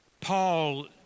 Paul